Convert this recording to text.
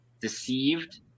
deceived